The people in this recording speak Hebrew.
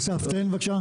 חברים, אסף, תן לי בבקשה.